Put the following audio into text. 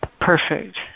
Perfect